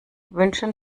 wünschen